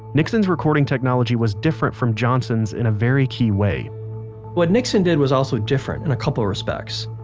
nixon's recording technology was different from johnson's in a very key way what nixon did was also different in a couple respects,